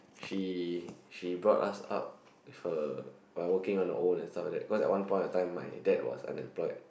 she she brought us up with a by working on her own and stuff like that cause at one point in time my dad was unemployed